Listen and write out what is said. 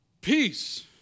peace